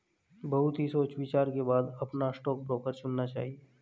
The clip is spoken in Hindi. बहुत ही सोच विचार के बाद अपना स्टॉक ब्रोकर चुनना चाहिए